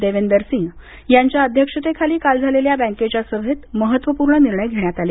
देवेंदरसिंह यांच्या अध्यक्षतेखाली काल झालेल्या बँकेच्या सभेत महत्वपूर्ण निर्णय घेण्यात आले